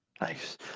Nice